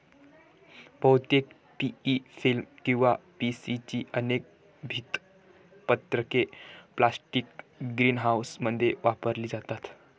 बहुतेक PE film किंवा PC ची अनेक भिंत पत्रके प्लास्टिक ग्रीनहाऊसमध्ये वापरली जातात